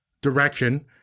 direction